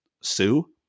sue